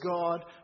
God